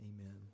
amen